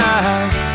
eyes